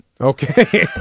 Okay